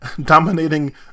dominating